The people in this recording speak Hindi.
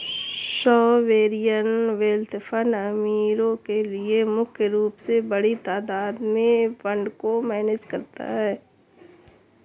सोवेरियन वेल्थ फंड अमीरो के लिए मुख्य रूप से बड़ी तादात में फंड को मैनेज करता है